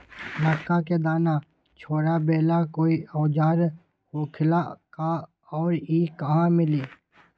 मक्का के दाना छोराबेला कोई औजार होखेला का और इ कहा मिली?